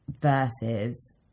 Versus